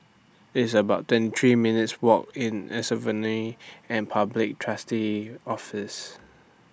It's about twenty three minutes' Walk to Insolvency and Public Trustee's Office